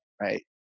right